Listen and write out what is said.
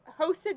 hosted